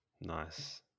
nice